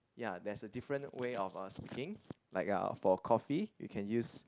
ya there's a different way of uh speaking like uh for coffee you can use